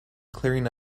clearing